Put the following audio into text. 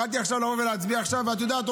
ואת יודעת,